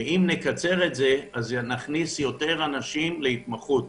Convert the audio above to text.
אם נקצר את זה אז נכניס יותר אנשים להתמחות.